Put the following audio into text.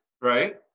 right